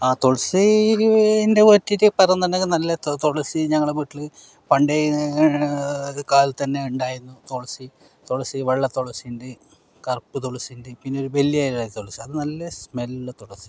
ആ തുളസീനെ വേണ്ട പറ്റിയിട്ട് പറയുന്നുണ്ടെങ്കിൽ നല്ല തുളസി ഞങ്ങളുടെ വീട്ടിൽ പണ്ടേ ഇത് കാലത്തു തന്നെ ഉണ്ടായിരുന്നു തുളസി തുളസി വെള്ള തുളസിയുണ്ട് കറുപ്പ് തുളസിയുണ്ട് പിന്നെ ഒരു ബല്യ ഇലയുള്ള തുളസി അതു നല്ല സ്മെല്ലുള്ള തുളസി